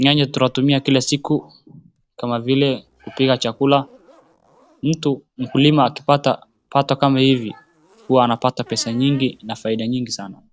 Nyanya tunatumia kila siku kama vile kupika chakula mkulima akipata pato kama ivi huwa anapata pesa na faida nyingi sana.